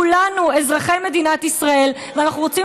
כולנו אזרחי מדינת ישראל ואנחנו רוצים